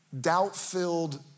doubt-filled